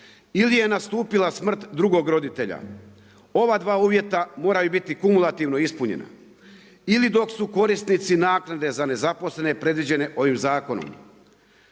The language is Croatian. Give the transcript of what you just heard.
ili je nastupila smrt drugog roditelja. Ova dva uvjeta moraju biti kumulativno ispunjena ili dok su korisnici naknade za nezaposlene predviđene ovim zakonom.